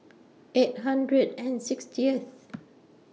eight hundred and sixtieth